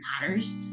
matters